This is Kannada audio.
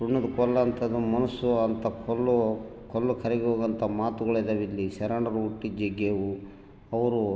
ಸುಣ್ಣದ ಕೋಲಂಥದು ಮನಸು ಅಂಥ ಕಲ್ಲು ಕಲ್ಲು ಕರಗಿ ಹೋಗುವಂಥ ಮಾತುಗಳಿದ್ದಾವಿಲ್ಲಿ ಶರಣರು ಹುಟ್ಟಿಗೇವು ಅವರು